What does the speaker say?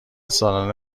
سالانه